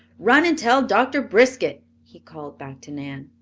run and tell doctor briskett, he called back to nan.